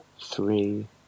Three